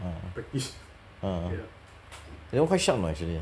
ah ah that's one quite sharp or not actually